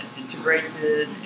integrated